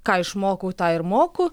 ką išmokau tą ir moku